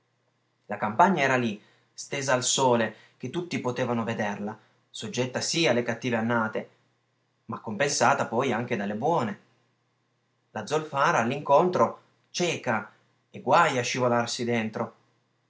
la campagna era lì stesa al sole che tutti potevano vederla soggetta sì alle cattive annate ma compensata poi anche dalle buone la zolfara all'incontro cieca e guaj a scivolarci dentro